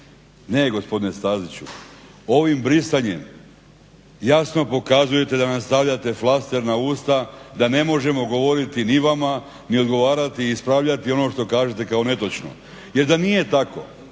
Ne gospodine Staziću, ovim brisanjem jasno pokazujete da nam stavljate flaster na usta, da ne možemo govoriti ni vama, ni odgovarati i ispravljati ono što kažete kao netočno. Jel da nije tako,